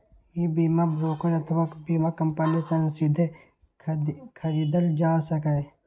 ई बीमा ब्रोकर अथवा बीमा कंपनी सं सीधे खरीदल जा सकैए